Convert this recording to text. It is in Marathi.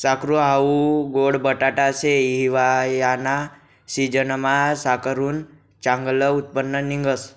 साकरू हाऊ गोड बटाटा शे, हिवायाना सिजनमा साकरुनं चांगलं उत्पन्न निंघस